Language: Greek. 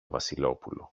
βασιλόπουλο